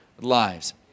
lives